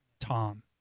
Tom